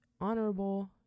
honorable